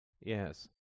Yes